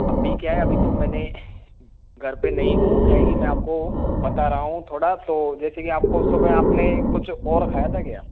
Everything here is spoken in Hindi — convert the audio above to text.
अभी क्या है अभी तो मैंने घर पर नहीं हूँ क्या है कि मैं आपको बता रहा हूँ थोड़ा तो जैसे कि आपको सुबह आपने कुछ और खाया था क्या